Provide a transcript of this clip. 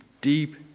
deep